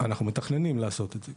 אנחנו מתכננים לעשות את זה.